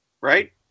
right